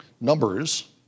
numbers